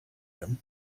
him